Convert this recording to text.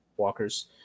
walkers